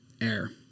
air